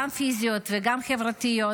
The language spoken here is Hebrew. גם פיזיות וגם חברתיות,